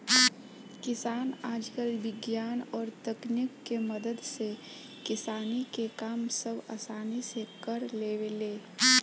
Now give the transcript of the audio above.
किसान आजकल विज्ञान और तकनीक के मदद से किसानी के काम सब असानी से कर लेवेले